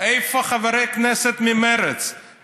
מצא את שק החבטות, הוא מריח בחירות.